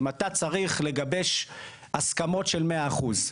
אם אתה צריך לגבש הסכמות של 100 אחוז,